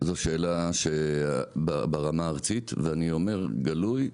זו שאלה ברמה הארצית, ואני אומר גלוי --- לא,